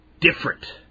different